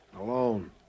Alone